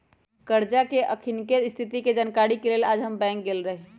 करजा के अखनीके स्थिति के जानकारी के लेल हम आइ बैंक गेल रहि